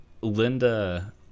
linda